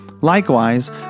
Likewise